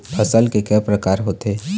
फसल के कय प्रकार होथे?